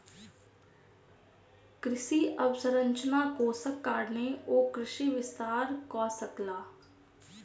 कृषि अवसंरचना कोषक कारणेँ ओ कृषि विस्तार कअ सकला